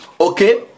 Okay